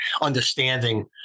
understanding